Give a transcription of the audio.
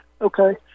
Okay